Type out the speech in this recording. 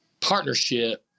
partnership